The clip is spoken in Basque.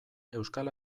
euskal